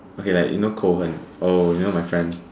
okay like you know Cohen oh you know my friend